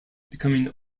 becoming